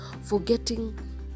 forgetting